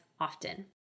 often